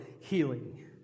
healing